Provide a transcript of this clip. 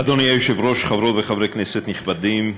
אדוני היושב-ראש, חברות וחברי כנסת נכבדים,